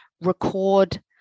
record